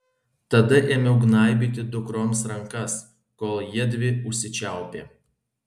tada ėmiau gnaibyti dukroms rankas kol jiedvi užsičiaupė